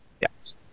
Yes